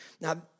Now